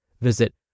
Visit